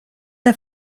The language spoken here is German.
der